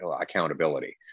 accountability